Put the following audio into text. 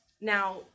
now